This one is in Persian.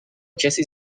کسی